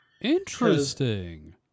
Interesting